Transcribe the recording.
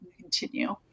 continue